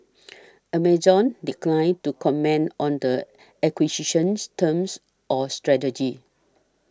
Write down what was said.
Amazon declined to comment on the acquisition's terms or strategy